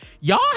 y'all